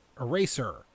eraser